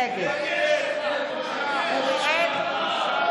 נגד אוריאל בוסו, בעד ענבר